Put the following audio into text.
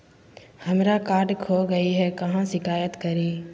हमरा कार्ड खो गई है, कहाँ शिकायत करी?